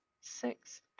Six